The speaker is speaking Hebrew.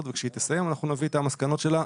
וכשהיא תסיים אנחנו נביא את המסקנות שלה.